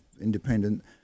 independent